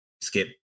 skip